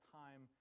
time